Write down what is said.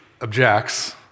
objects